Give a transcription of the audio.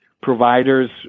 providers